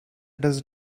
does